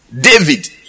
David